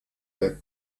der